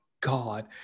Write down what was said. god